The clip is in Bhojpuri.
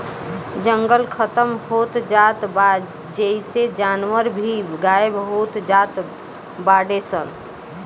जंगल खतम होत जात बा जेइसे जानवर भी गायब होत जात बाडे सन